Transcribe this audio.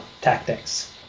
tactics